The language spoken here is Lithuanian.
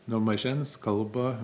nuo mažens kalba